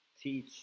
teach